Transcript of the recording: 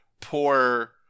poor